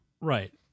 Right